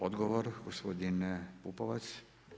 Odgovor, gospodin Pupovac.